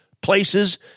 places